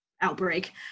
outbreak